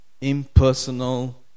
impersonal